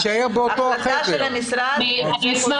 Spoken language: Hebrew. החלטה של המשרד זה חוזר מנכ"ל.